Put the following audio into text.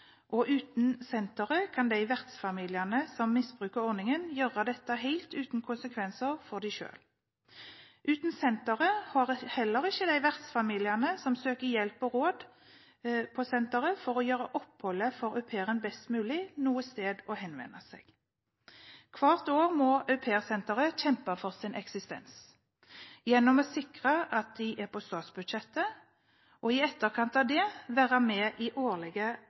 og uten senteret kan de vertsfamiliene som misbruker ordningen, gjøre dette helt uten konsekvenser for dem selv. Uten senteret har heller ikke de vertsfamiliene som søker hjelp og råd på senteret for å gjøre oppholdet for au pairen best mulig, et sted å henvende seg. Hvert år må Au Pair Center kjempe for sin eksistens gjennom å sikre at det er på statsbudsjettet, og – i etterkant av det – være med i årlige